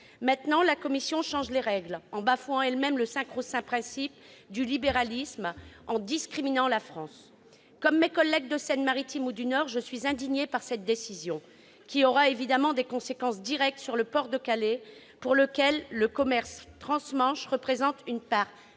Maintenant, la Commission change les règles, en bafouant elle-même le sacro-saint principe du libéralisme, en discriminant la France. Comme mes collègues de Seine-Maritime ou du Nord, je suis indignée par cette décision, qui aura évidemment des conséquences directes sur le port de Calais, pour lequel le commerce transmanche représente une part